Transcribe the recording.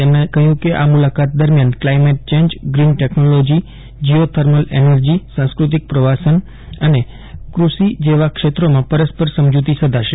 તેમણે કહ્યું કે આ મુલાકાત દરમિયાન climate change green technology geothermal energy સાંસ્ટૃતિક પ્રવાસન અને કૃષિ જેવા ક્ષેત્રોમાં પરસ્પર સમજૂતી શકાશે